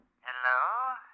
Hello